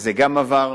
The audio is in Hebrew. וזה גם עבר.